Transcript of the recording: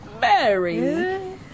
Mary